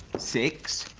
six,